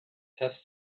have